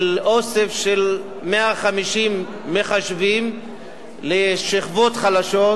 אוסף של 150 מחשבים לשכבות חלשות,